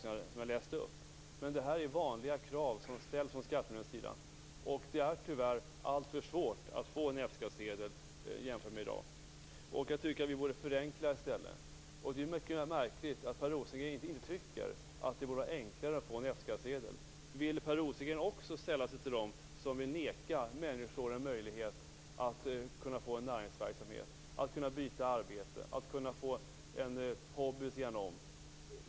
Det är i varje fall fråga om vanliga krav som skattemyndigheterna ställer. Tyvärr är det alltför svårt att få en F skattsedel som det är i dag. Vi borde i stället förenkla det hela. Det är mycket märkligt att Per Rosengren inte tycker att det borde vara enklare att få en F-skattsedel. Vill Per Rosengren sälla sig till dem som vill neka människor en möjlighet till näringsverksamhet, till byte av arbete och till en hobby vid sidan av?